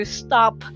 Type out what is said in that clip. stop